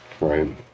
right